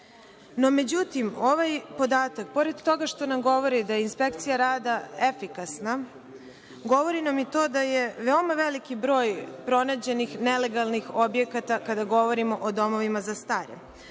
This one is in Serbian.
međutim, ovaj podatak, pored toga što nam govori da je Inspekcija rada efikasna, govori nam i to da je veoma veliki broj pronađenih nelegalnih objekata kada govorimo o domovima za stare.